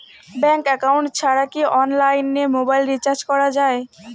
Bank account ছাড়া কি অনলাইনে মোবাইল রিচার্জ করা যায়?